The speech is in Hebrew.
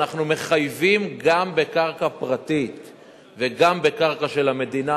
שאנחנו מחייבים גם בקרקע פרטית וגם בקרקע של המדינה.